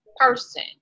person